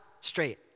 straight